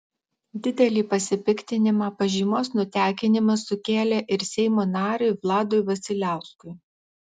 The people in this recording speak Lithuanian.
didelį pasipiktinimą pažymos nutekinimas sukėlė ir seimo nariui vladui vasiliauskui